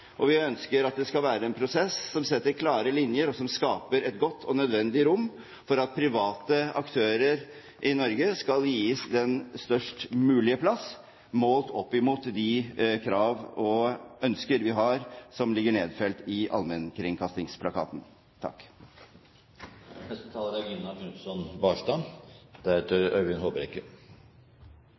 Og vi ønsker at det skal være en prosess med klare linjer og som skaper et godt og nødvendig rom for at private aktører i Norge skal gis den størst mulige plass – målt opp mot de krav og ønsker vi har, som ligger nedfelt i allmennkringkastingsplakaten. Som andre representanter har vært inne på tidligere, er